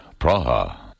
Praha